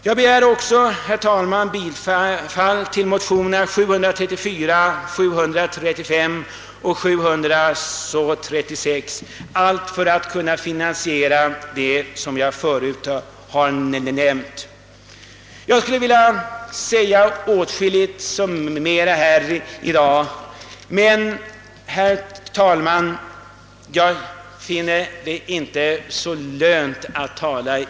Jag yrkar också, herr talman, bifall till mo tionerna nr 734, 735 och 736, allt för att kunna finansiera de åtgärder som jag förut har nämnt. Så till sist, herr talman.